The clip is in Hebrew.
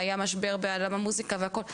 והיה משבר בעולם המוזיקה והכל.